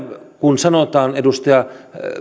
kun edustaja